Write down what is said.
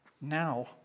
Now